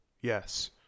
Yes